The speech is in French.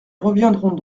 reviendrons